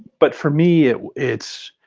but for me it's